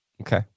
Okay